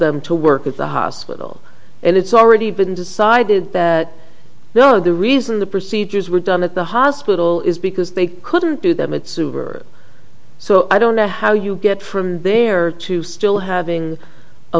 them to work at the hospital and it's already been decided that they are the reason the procedures were done at the hospital is because they couldn't do them it suv or so i don't know how you get from there to still having a